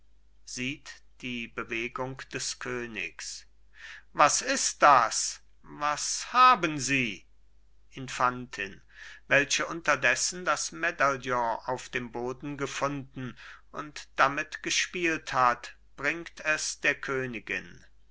sieht die bewegung des königs was ist das was haben sie infantin welche unterdessen das medaillon auf dem boden gefunden und damit gespielt hat bringt es der königin